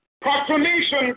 Proclamation